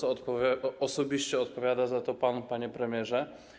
Osobiście odpowiada za to pan, panie premierze.